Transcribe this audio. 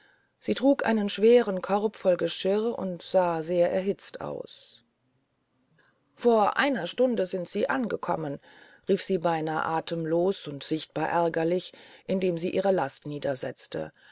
sie trug einen schweren korb voll geschirr und sah sehr erhitzt aus vor einer stunde sind sie angekommen rief sie beinahe atemlos und sichtbar ärgerlich indem sie ihre last